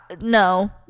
no